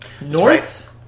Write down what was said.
North